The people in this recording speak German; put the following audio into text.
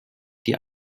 die